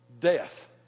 death